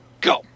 Go